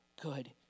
good